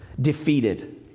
defeated